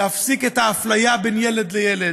להפסיק את האפליה בין ילד לילד.